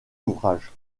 ouvrage